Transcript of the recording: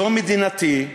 זו מדינתי,